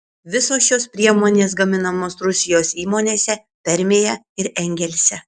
visos šios priemonės gaminamos rusijos įmonėse permėje ir engelse